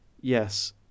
Yes